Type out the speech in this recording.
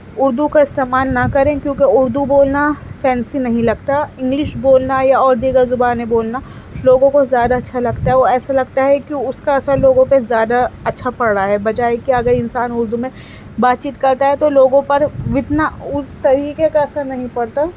اُردو کا استعمال نہ کریں کیونکہ اُردو بولنا فینسی نہیں لگتا اِنگلش بولنا یا اور دیگر زبانیں بولنا لوگوں کو زیادہ اچھا لگتا ہے وہ ایسے لگتا ہے کہ اُس کا اثر لوگوں پہ زیادہ اچھا پڑ رہا ہے بجائے کہ اگر انسان اُردو میں بات چیت کرتا ہے تو لوگوں پر اتنا اُس طریقے کا اثر نہیں پڑتا